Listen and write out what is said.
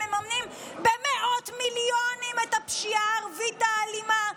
הם מממנים במאות מיליונים את הפשיעה הערבית האלימה,